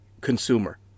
consumer